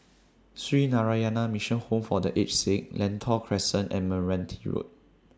Sree Narayana Mission Home For The Aged Sick Lentor Crescent and Meranti Road